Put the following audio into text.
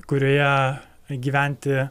kurioje gyventi